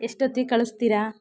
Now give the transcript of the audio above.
ಎಷ್ಟೊತ್ತಿಗೆ ಕಳಿಸ್ತೀರಾ